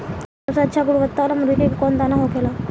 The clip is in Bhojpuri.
सबसे अच्छा गुणवत्ता वाला मुर्गी के कौन दाना होखेला?